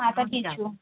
আচ্ছা ঠিক আছে